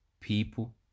people